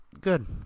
good